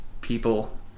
people